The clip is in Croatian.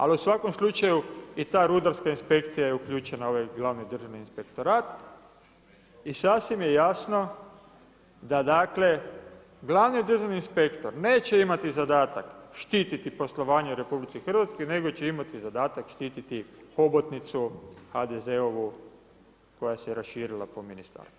Ali u svakom slučaju i ta rudarska inspekcija je uključena u ovaj glavni Državni inspektorat i sasvim je jasno da dakle glavni državni inspektor neće imati zadatak štiti poslovanje u RH nego će imati zadatak štiti hobotnicu HDZ-ovu koja se raširila po ministarstvu.